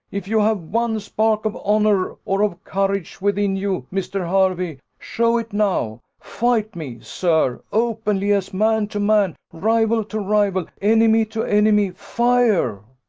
if you have one spark of honour or of courage within you, mr. hervey, show it now fight me, sir, openly as man to man, rival to rival, enemy to enemy fire.